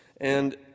And